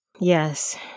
Yes